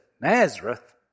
Nazareth